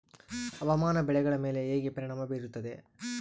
ಹವಾಮಾನ ಬೆಳೆಗಳ ಮೇಲೆ ಹೇಗೆ ಪರಿಣಾಮ ಬೇರುತ್ತೆ?